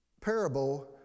parable